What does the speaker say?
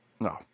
No